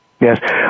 Yes